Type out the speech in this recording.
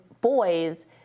boys